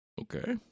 Okay